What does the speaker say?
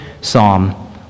psalm